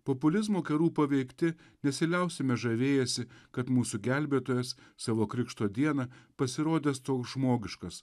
populizmo kerų paveikti nesiliausime žavėjęsi kad mūsų gelbėtojas savo krikšto dieną pasirodęs toks žmogiškas